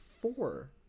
four